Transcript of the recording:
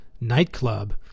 nightclub